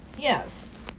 Yes